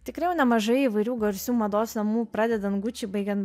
tikrai jau nemažai įvairių garsių mados namų pradedant guči baigian